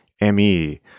M-E